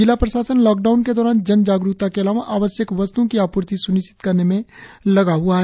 जिला प्रशासन लॉकडाउन के दौरान जन जागरुकता के अलावा आवश्यक वस्त्ओं की आपूर्ति स्निश्चित करने में लगा हुआ है